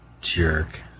jerk